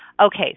Okay